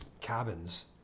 cabins